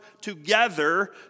together